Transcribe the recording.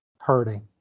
hurting